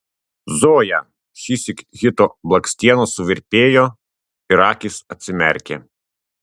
zoja šįsyk hito blakstienos suvirpėjo ir akys atsimerkė